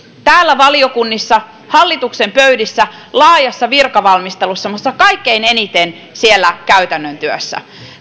täällä valiokunnissa hallituksen pöydissä laajassa virkavalmistelussa mutta kaikkein eniten siellä käytännön työssä